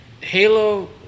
Halo